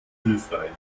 hilfreich